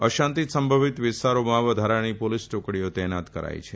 અશાંતિ સંભવિત વિસ્તારોમાં વધારાની પોલીસ ટુકડીઓ તહેનાત કરાઈ છે